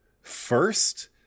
first